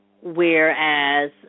Whereas